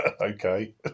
Okay